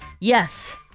Yes